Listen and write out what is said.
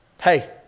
Hey